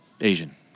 Asian